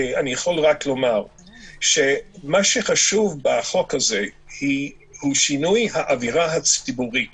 אני יכול רק לומר שמה שחשוב בחוק הזה הוא שינוי האווירה הציבורית